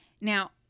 Now